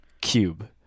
cube